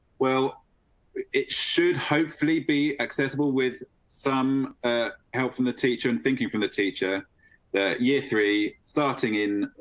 well it should hopefully be accessible with some ah help from the teacher and thinking from the teacher that year three starting in.